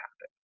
happen